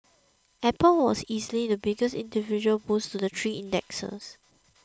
Apple was easily the biggest individual boost to the three indexes